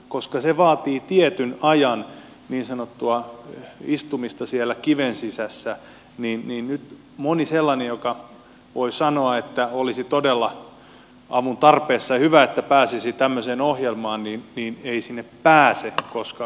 koska se vaatii tietyn ajan niin sanottua istumista kiven sisässä niin nyt moni sellainen josta voi sanoa että olisi todella avun tarpeessa ja olisi hyvä että pääsisi tämmöiseen ohjelmaan ei sinne pääse koska tuomio on liian lyhyt